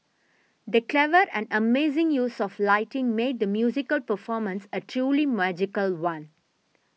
the clever and amazing use of lighting made the musical performance a truly magical one